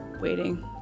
waiting